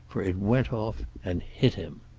for it went off and hit him.